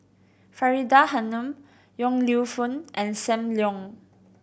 Faridah Hanum Yong Lew Foong and Sam Leong